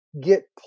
get